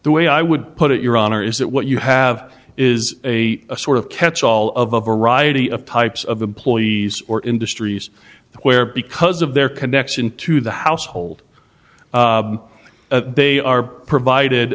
the way i would put it your honor is that what you have is a sort of catch all of a variety of types of employees or industries where because of their connection to the household they are provided